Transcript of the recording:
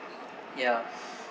yeah